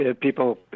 People